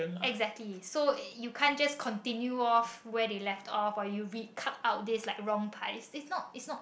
exactly so you can't just continue off where they left off but you recut out this like wrong piles is not is not